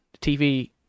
TV